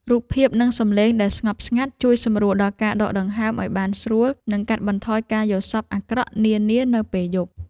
រូបភាពនិងសំឡេងដែលស្ងប់ស្ងាត់ជួយសម្រួលដល់ការដកដង្ហើមឱ្យបានស្រួលនិងកាត់បន្ថយការយល់សប្តិអាក្រក់នានានៅពេលយប់។